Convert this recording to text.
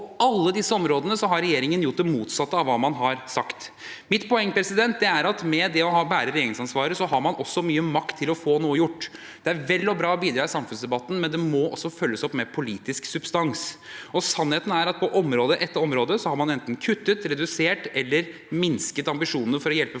på alle disse områdene har regjeringen gjort det motsatte av hva man har sagt. Mitt poeng er at ved å bære regjeringsansvaret har man også mye makt til å få noe gjort. Det er vel og bra å bidra i samfunnsdebatten, men det må også følges opp med politisk substans. Sannheten er at på område etter område har man enten kuttet, redusert eller minsket ambisjonene for å hjelpe folk i